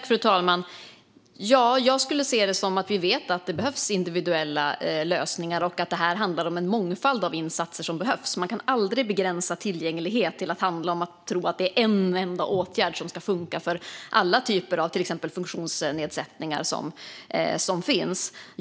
Fru talman! Vi vet att det behövs individuella lösningar. Det behövs en mångfald av insatser. Man kan aldrig begränsa frågan om tillgänglighet till att det skulle finnas en enda åtgärd som funkar för alla typer av funktionsnedsättningar som finns.